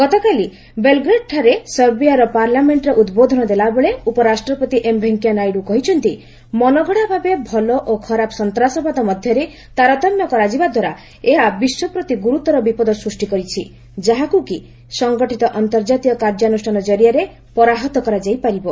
ଗତକାଲି ବେଲ୍ଗ୍ରେଡ୍ଠାରେ ସର୍ବିଆର ପାର୍ଲାମେଣ୍ଟରେ ଉଦ୍ବୋଧନ ଦେଲାବେଳେ ଉପରାଷ୍ଟ୍ରପତି ଏମ୍ ଭେଙ୍କିୟା ନାଇଡ଼ୁ କହିଛନ୍ତି ମନଗଢ଼ା ଭାବେ ଭଲ ଓ ଖରାପ ସନ୍ତାସବାଦ ମଧ୍ୟରେ ତାରତମ୍ୟ କରାଯିବାଦ୍ୱାରା ଏହା ବିଶ୍ୱପ୍ରତି ଗୁରୁତର ବିପଦ ସୃଷ୍ଟି କରିଛି ଯାହାକୁ କି ସଙ୍ଗଠିତ ଅନ୍ତର୍ଜାତୀୟ କାର୍ଯ୍ୟାନୁଷ୍ଠାନ ଜରିଆରେ ପରାହତ କରାଯାଇପାରିବ